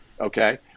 Okay